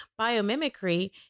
biomimicry